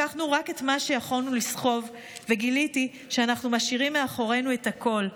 לקחנו רק את מה שיכולנו לסחוב וגיליתי שאנחנו משאירים מאחורינו את הכול.